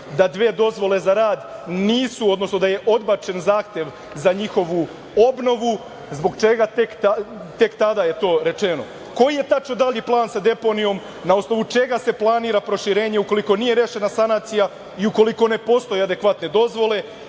tek dve dozvole za rad nisu, odnosno da je odbačen zahtev za njihovu obnovu. Zbog čega je tek tada to rečeno? Koji je tačno dalji plan sa deponijom, na osnovu čega se planira proširenje ukoliko nije rešena sanacija i u koliko ne postoje adekvatne dozvole